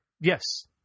yes